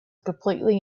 completely